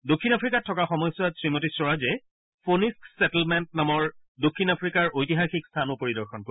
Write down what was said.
দক্ষিণ আফ্ৰিকাত থকা সময়ছোৱাত শ্ৰীমতী স্বৰাজে ফ'নিস্ক ছেট্লমেণ্ট নামৰ দক্ষিণ আফ্ৰিকাৰ ঐতিহাসিক স্থানো পৰিদৰ্শন কৰিব